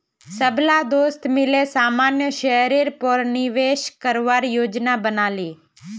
सबला दोस्त मिले सामान्य शेयरेर पर निवेश करवार योजना बना ले